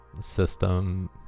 system